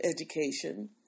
education